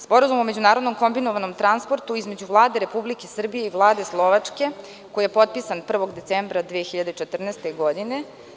Sporazum o međunarodnom kombinovanom transportu između Vlade RS i Vlade Slovačke koji je potpisan 1. decembra 2014. godine.